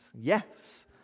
yes